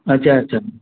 अच्छा अच्छा